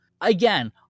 again